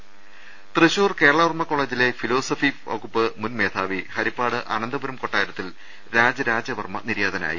രദേഷ്ടെടു ട തൃശൂർ കേരളവർമ കോളജിലെ ഫിലോസഫി വകുപ്പ് മുൻ മേധാവി ഹരിപ്പാട് അനന്തപുരം കൊട്ടാരത്തിൽ രാജരാജവർമ നിര്യാതനായി